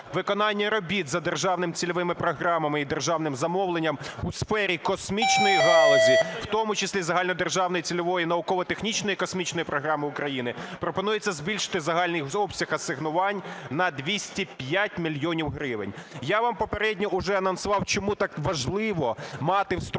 виконання робіт за державними цільовими програмами і державним замовленням у сфері космічної галузі, в тому числі загальнодержавної і цільової, наукової-технічної і космічної програми України. Пропонується збільшити загальний обсяг асигнувань на 205 мільйонів гривень.